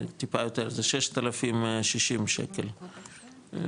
זה טיפה יותר, זה 6,060 שקל לחודש.